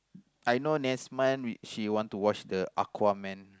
I know Nesmund she want to watch the Aquaman